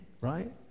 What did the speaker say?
right